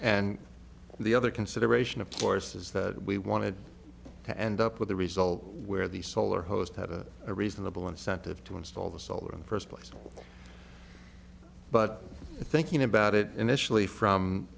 and the other consideration of course is that we wanted to end up with a result where the solar host had a reasonable incentive to install the solar in the first place but thinking about it initially from